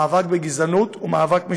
המאבק בגזענות הוא מאבק משולב,